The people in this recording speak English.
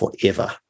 forever